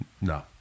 no